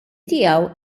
tiegħu